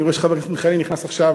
אני רואה שחבר הכנסת מיכאלי נכנס עכשיו,